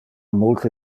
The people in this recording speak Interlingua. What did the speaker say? multe